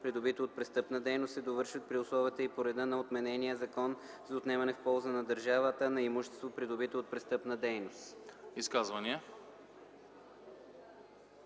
придобито от престъпна дейност, се довършват при условията и по реда на отменения Закон за отнемане в полза на държавата на имущество, придобито от престъпна дейност.”